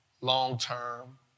long-term